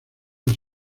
las